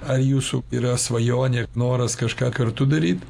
ar jūsų yra svajonė noras kažką kartu daryt